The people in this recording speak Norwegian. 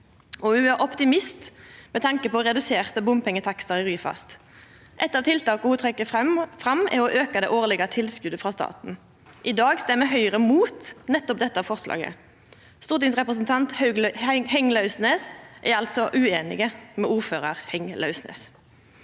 ho er optimist med tanke på reduserte bompengetakstar i Ryfast. Eit av tiltaka ho trekkjer fram, er å auka det årlege tilskotet frå staten. I dag stemmer Høgre mot nettopp dette forslaget. Stortingsrepresentant Heng Lauvsnes er altså ueinig med ordførar Heng Lauvsnes.